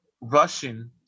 Russian